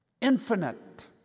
infinite